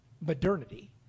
modernity